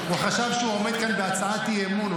הוא חשב שהוא עמד כאן בהצעת אי-אמון.